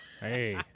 hey